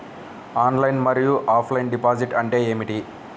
Online మరియు offline deposit అంటే ఏమిటి?